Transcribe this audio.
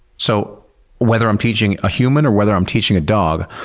so whether i'm teaching a human or whether i'm teaching a dog,